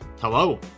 Hello